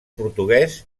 portuguès